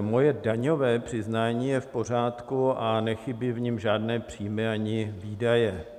moje daňové přiznání je v pořádku a nechybí v něm žádné příjmy ani výdaje.